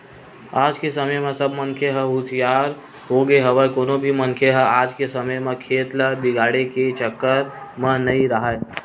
आज के समे म सब मनखे मन ह हुसियार होगे हवय कोनो भी मनखे ह आज के समे म खेत ल बिगाड़े के चक्कर म नइ राहय